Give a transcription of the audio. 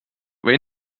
või